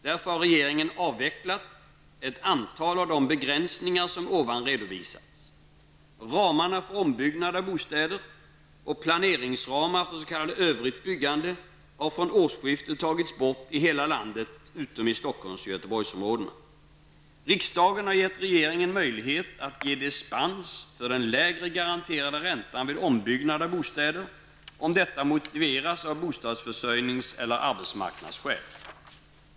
Därför har regeringen avvecklat ett antal av de begränsningar som här redovisats. Ramarna för ombyggnad av bostäder och planeringsramar för s.k. övrigt byggande har från årsskiftet tagits bort i hela landet utom i Stockholms och Göteborgsområdena. Riksdagen har gett regeringen möjlighet att ge dispens för den lägre garanterade räntan vid ombyggnad av bostäder om detta motiveras av bostadsförsörjnings eller arbetsmarknadsskäl.